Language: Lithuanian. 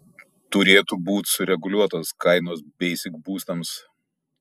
turėtų būt sureguliuotos kainos beisik būstams